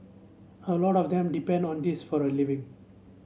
a lot of them depend on this for a living